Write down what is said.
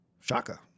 Shaka